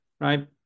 right